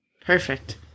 Perfect